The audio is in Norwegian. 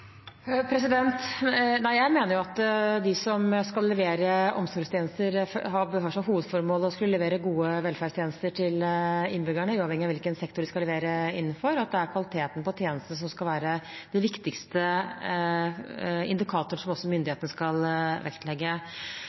Jeg mener at de som skal levere omsorgstjenester, bør ha som hovedformål å levere gode velferdstjenester til innbyggerne, uavhengig av hvilken sektor de skal levere innenfor. Det er kvaliteten på tjenestene som skal være den viktigste indikatoren som myndighetene skal vektlegge.